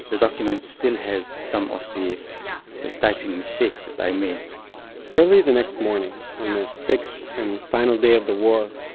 the document still has some of the typing mistakes that i made early the next morning, on the sixth and final day of the war,